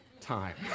time